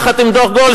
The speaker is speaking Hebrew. יחד עם דוח-גולדסטון.